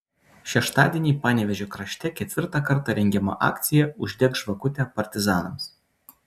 šeštadienį panevėžio krašte ketvirtą kartą rengiama akcija uždek žvakutę partizanams